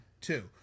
Two